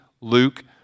Luke